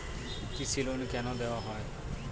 কৃষি লোন কেন দেওয়া হয়?